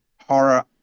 horror